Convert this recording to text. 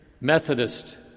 Methodist